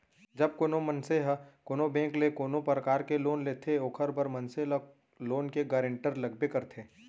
जब कोनो मनसे ह कोनो बेंक ले कोनो परकार ले लोन लेथे ओखर बर मनसे ल लोन के गारेंटर लगबे करथे